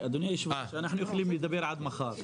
אדוני, אנחנו יכולים לדבר עד מחר.